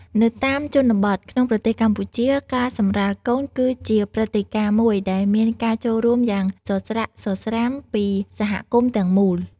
នៅតាមជនបទក្នុងប្រទេសកម្ពុជា ការសម្រាលកូនគឺជាព្រឹត្តិការណ៍មួយដែលមានការចូលរួមយ៉ាងសស្រាក់សស្រាំពីសហគមន៍ទាំងមូល។